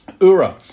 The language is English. Ura